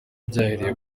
byahereye